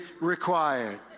required